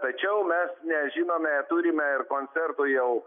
tačiau mes nežinome turime ir koncertų jau